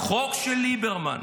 חוק של ליברמן,